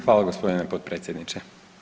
Hvala gospodine potpredsjedniče.